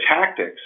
tactics